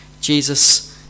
Jesus